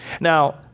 Now